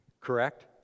correct